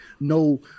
no